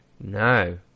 No